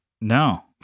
No